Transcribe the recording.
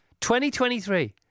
2023